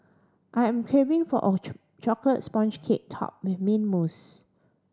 I am craving for a chocolate sponge cake topped with mint mousse